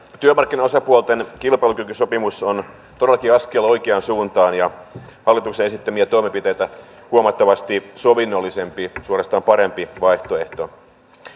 työmarkkinaosapuolten kilpailukykysopimus on todellakin askel oikeaan suuntaan ja hallituksen esittämiä toimenpiteitä huomattavasti sovinnollisempi suorastaan parempi vaihtoehto